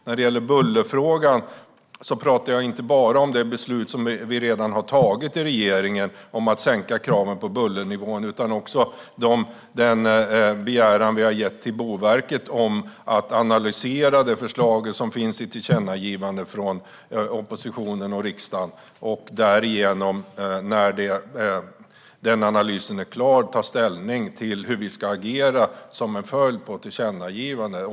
När det gäller bullerfrågan talar jag inte bara om det beslut som regeringen redan har tagit, om att sänka kraven på bullernivån. Jag talar också om den begäran som vi har lämnat till Boverket. De ska analysera förslaget som finns i tillkännagivandet från oppositionen och riksdagen. När den analysen är färdig ska vi ta ställning till hur vi ska agera, till följd av tillkännagivandet.